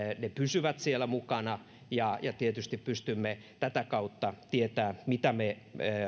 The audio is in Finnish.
ne pysyvät siellä mukana ja ja tietysti pystymme tätä kautta tietämään mitä me